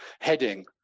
heading